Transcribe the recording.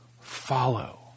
follow